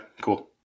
cool